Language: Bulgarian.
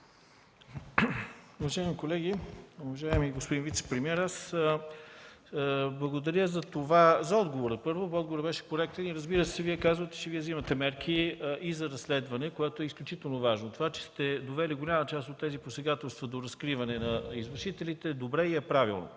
благодаря за отговора, който беше коректен. Разбира се, Вие казвате, че вземате мерки и за разследване, което е изключително важно. Това, че сте довели голяма част от тези посегателства до разкриване на извършителите е добре и е правилно.